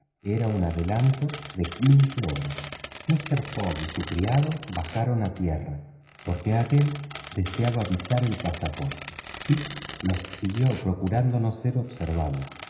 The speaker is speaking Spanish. era un adelanto de quince horas míster fogg y su criado bajaron a tierra porque aquél deseaba visar el pasaporte fix los siguió procurando no ser observado